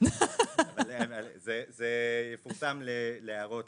זה יפורסם להערות